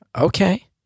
Okay